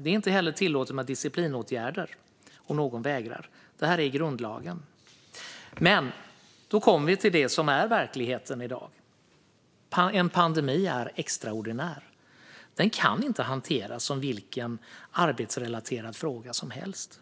Det är inte heller tillåtet med disciplinåtgärder om någon vägrar. Det här säger grundlagen. Men då kommer vi till det som är verkligheten i dag: En pandemi är extraordinär och kan inte hanteras som vilken arbetsrelaterad fråga som helst.